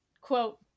quote